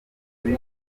bibi